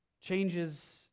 changes